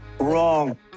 wrong